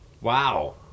wow